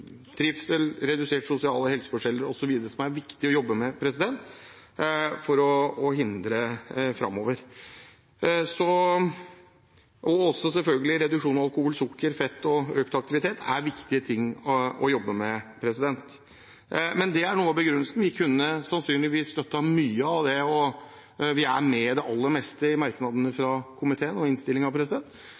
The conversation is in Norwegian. trivsel, på å redusere sosiale forskjeller og helseforskjeller, som det er viktig å jobbe med framover. Og selvfølgelig er reduksjon av alkohol, sukker og fett og økt aktivitet viktige ting å jobbe med. Det er noe av begrunnelsen. Vi kunne sannsynligvis ha støttet mye. Vi er med i det aller meste i merknadene fra komiteen og